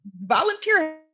volunteer